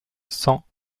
cent